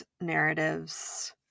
narratives